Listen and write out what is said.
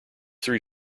three